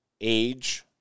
age